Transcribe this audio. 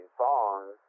songs